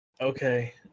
Okay